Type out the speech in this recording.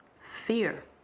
Fear